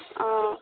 অঁ